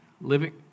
living